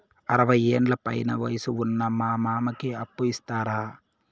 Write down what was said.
అరవయ్యేండ్ల పైన వయసు ఉన్న మా మామకి అప్పు ఇస్తారా